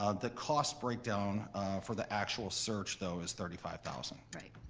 ah the cost breakdown for the actual search though is thirty five thousand. right.